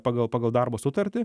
pagal pagal darbo sutartį